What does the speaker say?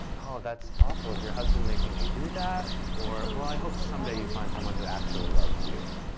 oh, that's awful. is your husband making you do that? or well, i hope someday you find someone who actually loves you.